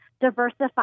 diversify